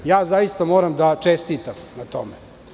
Zaista moram da čestitam na tome.